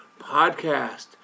podcast